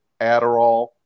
Adderall